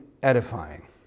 Edifying